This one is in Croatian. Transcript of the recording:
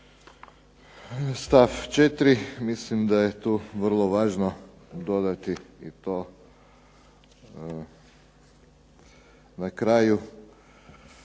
stav 4. mislim da je tu vrlo važno dodati i to na kraju.